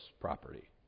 property